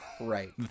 right